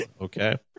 Okay